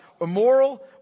immoral